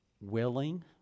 willing